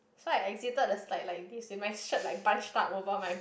so I exited the slide like this with my shirt like bunch up over my